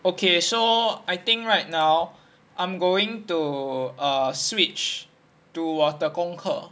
okay so I think right now I'm going to err switch to 我的功课